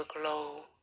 glow